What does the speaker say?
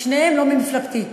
שניהם לא ממפלגתי.